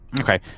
Okay